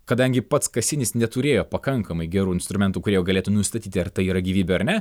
kadangi pats kasinis neturėjo pakankamai gerų instrumentų kurie jau galėtų nustatyti ar tai yra gyvybė ar ne